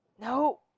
No